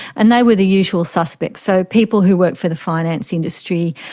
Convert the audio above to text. and they were the usual suspects, so people who worked for the finance industry,